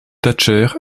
thatcher